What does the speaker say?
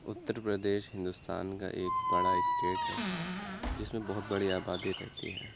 اتر پردیش ہندوستان کا ایک بڑا اسٹیٹ ہے جس میں بہت بڑی آبادی رہتی ہے